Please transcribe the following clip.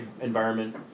environment